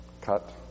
cut